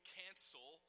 cancel